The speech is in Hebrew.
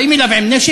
באים אליו עם נשק,